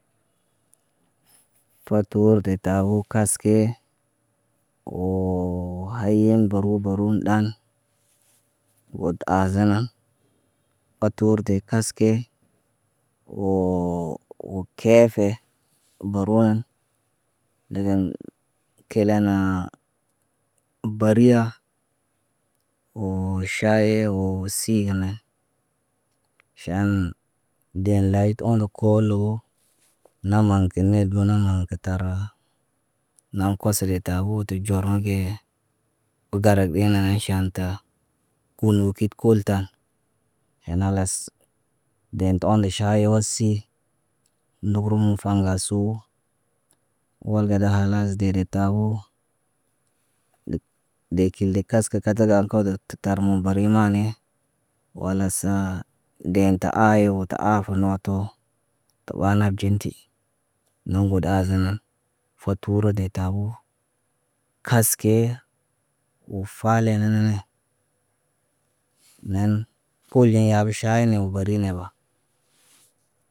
Portu de tabuu kaskee. Woo hayuŋg baru baru ɗaŋg. Got aazanan, a turde kaski, woo keefe, buron degen kelenaa bariya woo ʃayi woo sii ge nen. Ʃann den layit oŋg lo koolo naman kə neeb naaŋg kə tara nam kosole le tabuu tu ɟoroŋg kee. Gar ɓe nana ʃaan ta, kul wu ki kul ta. Ena khalas, deen ta onle ʃaayi wosi. Nduurum faŋgsoo walgada khalas de taboo. Dee kil de kaskə kataga kod tə tare mubari maane. Wala saa geen tə aaye wo tə aafun watu. Tə ɓaa lab ɟinti, nuŋgu aazənən. Foturu dee taboo kaske. Woo fale nə nenə. Neen kul nde yaabu ʃaayine baru ne ba.